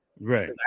Right